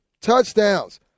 touchdowns